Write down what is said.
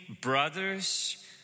brothers